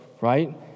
right